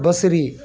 बसरी